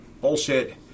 bullshit